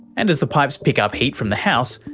and as the pipes pick up heat from the house,